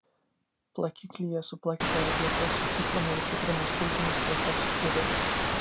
plakiklyje suplakite avietes su cukrumi ir citrinos sultimis kol taps piurė